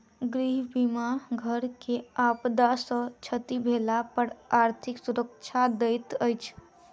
गृह बीमा घर के आपदा सॅ क्षति भेला पर आर्थिक सुरक्षा दैत अछि